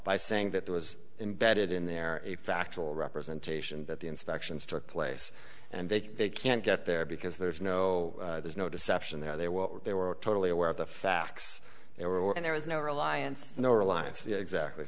by saying that there was embedded in there a factual representation that the inspections took place and they can't get there because there's no there's no deception there well they were totally aware of the facts they were and there was no reliance